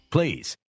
Please